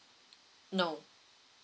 no